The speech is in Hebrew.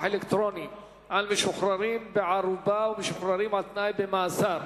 אלקטרוני על משוחררים בערובה ומשוחררים על-תנאי ממאסר),